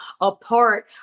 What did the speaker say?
apart